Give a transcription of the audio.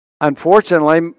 Unfortunately